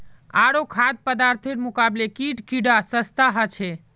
आरो खाद्य पदार्थेर मुकाबले कीट कीडा सस्ता ह छे